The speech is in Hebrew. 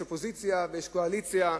יש אופוזיציה ויש קואליציה,